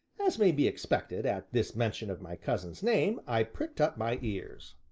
as may be expected, at this mention of my cousin's name i pricked up my ears.